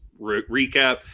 recap